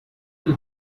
will